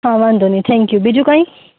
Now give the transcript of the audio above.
હા વાંધોનઈ thank you બીજું કાઇ